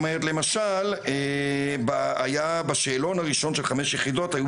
למשל בשאלון הראשון של חמש יחידות היו